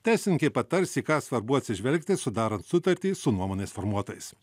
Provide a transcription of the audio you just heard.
teisininkė patars į ką svarbu atsižvelgti sudarant sutartį su nuomonės formuotojais